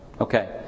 Okay